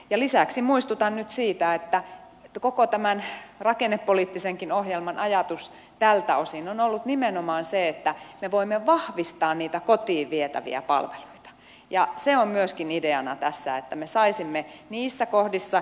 lisäksi muistutan nyt siitä että koko tämän rakennepoliittisen ohjelmankin ajatus tältä osin on ollut nimenomaan se että me voimme vahvistaa niitä kotiin vietäviä palveluita ja se on myöskin ideana tässä että me saisimme niissä kohdissa